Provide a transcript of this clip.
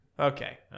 Okay